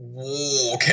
okay